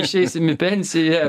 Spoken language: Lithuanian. išeisim į pensiją